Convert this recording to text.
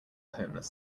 homeless